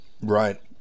Right